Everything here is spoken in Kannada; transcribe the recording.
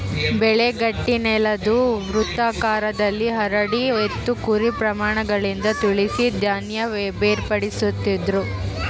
ಬೆಳೆ ಗಟ್ಟಿನೆಲುದ್ ವೃತ್ತಾಕಾರದಲ್ಲಿ ಹರಡಿ ಎತ್ತು ಕುರಿ ಪ್ರಾಣಿಗಳಿಂದ ತುಳಿಸಿ ಧಾನ್ಯ ಬೇರ್ಪಡಿಸ್ತಿದ್ರು